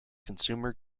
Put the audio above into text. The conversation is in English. consumer